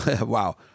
Wow